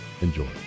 Enjoy